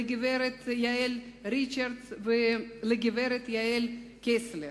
לגברת יעל ריצ'רדס ולגברת יעל קסלר.